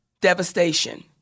devastation